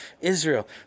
Israel